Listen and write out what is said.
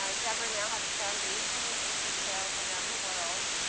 ah deborah now has a foundation and she sails around the world,